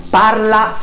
parla